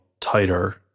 tighter